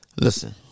Listen